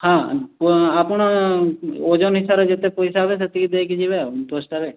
ହଁ ଆପଣ ଓଜନ ହିସାବରେ ଯେତେ ପଇସା ହେବ ସେତିକି ଦେଇକି ଯିବେ ଆଉ ଦଶଟାରେ